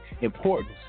importance